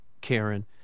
Karen